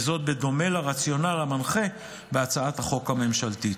בדומה לרציונל המנחה בהצעת החוק הממשלתית.